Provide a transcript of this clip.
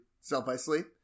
self-isolate